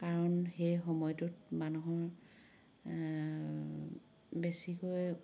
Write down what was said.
কাৰণ সেই সময়টোত মানুহৰ বেছিকৈ